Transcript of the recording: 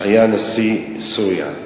שהיה נשיא סוריה.